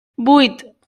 vuit